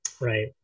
Right